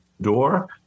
door